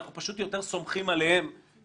אנחנו פשוט סומכים עליהם יותר,